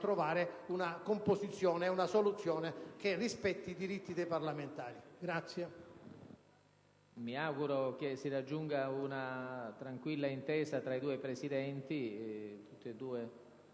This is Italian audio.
trovare una composizione, una soluzione che rispetti i diritti dei parlamentari.